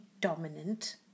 dominant